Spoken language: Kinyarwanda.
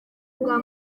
bwa